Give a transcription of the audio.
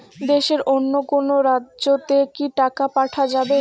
দেশের অন্য কোনো রাজ্য তে কি টাকা পাঠা যাবে?